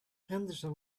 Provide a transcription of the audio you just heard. henderson